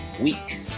week